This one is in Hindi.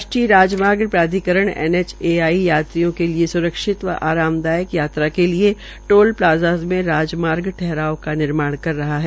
राष्ट्रीय राजमार्ग प्राधिकरण एनएचआई यात्रियों के लिए स्रक्षित व आरामदायक यात्रा के लिये टोल प्लाजा में राजमार्ग ठहराव का निर्माण कर रहा है